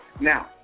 Now